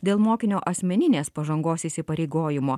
dėl mokinio asmeninės pažangos įsipareigojimo